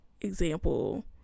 example